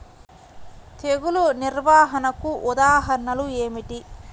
తెగులు నిర్వహణకు ఉదాహరణలు ఏమిటి?